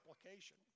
application